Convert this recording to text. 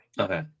Okay